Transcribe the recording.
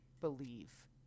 believe